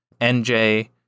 NJ